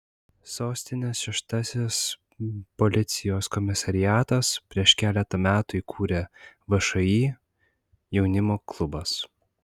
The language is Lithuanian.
sostinės šeštasis policijos komisariatas prieš keletą metų įkūrė všį jaunimo klubas